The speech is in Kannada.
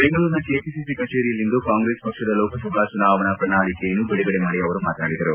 ಬೆಂಗಳೂರಿನ ಕೆಪಿಸಿಸಿ ಕಚೇರಿಯಲ್ಲಿಂದು ಕಾಂಗ್ರೆಸ್ ಪಕ್ಷದ ಲೋಕಸಭಾ ಚುನಾವಣಾ ಪ್ರಣಾಳಕೆಯನ್ನು ಬಿಡುಗಡೆ ಮಾಡಿ ಮಾತನಾಡಿದರು